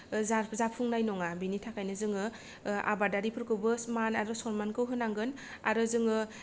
जाफुंनाय नङा बिनि थाखायनो जोङो आबादारिफोरखौबो मान आरो सन्मानखौ होनांगोन आरो जोङो